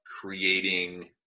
creating